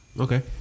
Okay